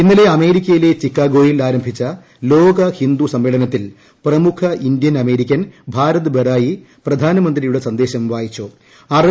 ഇന്നലെ അമേരിക്കയിലെ ചിക്കാഗോയിൽ ആരംഭിച്ച ലോക ഹിന്ദു സമ്മേളനത്തിൽ പ്രമുഖ ഇന്ത്യൻ അമേരിക്കൻ ഭാരത് ബറായി പ്രധാനമന്ത്രിയുടെ സന്ദേശം വായിച്ചു